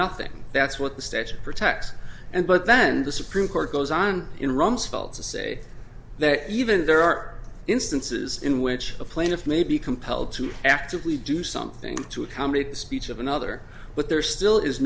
nothing that's what the statute for tax and but then the supreme court goes on in rumsfeld to say that even there are instances in which a plaintiff may be compelled to actively do something to accommodate the speech of another but there still is